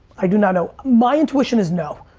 i do not know. my intuition is no.